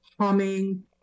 humming